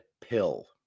pill